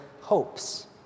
hopes